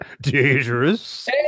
dangerous